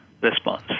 response